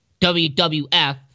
WWF